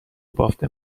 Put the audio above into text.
بافت